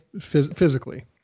physically